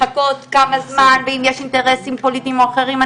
לחכות כמה זמן ואם יש אינטרסים פוליטיים או אחרים.